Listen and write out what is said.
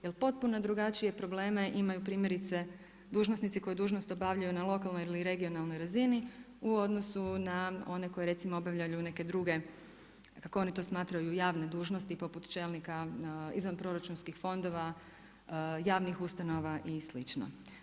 Jer potpune drugačije probleme, imaju primjerice dužnosnici koji dužnost obavljaju na lokalnoj ili regionalnoj razini u odnosu na one koji recimo, obavljaju neke druge, kako oni to smatraju javne dužnosti, poput čelnika izvanproračunskih fondova, javnih ustanova i slučajno.